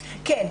כן.